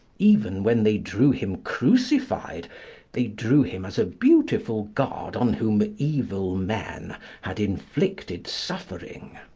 even when they drew him crucified they drew him as a beautiful god on whom evil men had inflicted suffering.